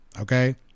okay